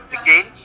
again